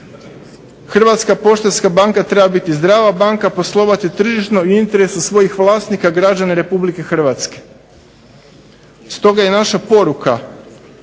Hrvatska poštanska banka treba biti zdrava banka, poslovati tržišno i u interesu svojih vlasnika građana RH. Stoga je naša poruka